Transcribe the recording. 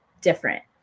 different